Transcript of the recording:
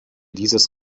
dieses